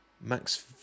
Max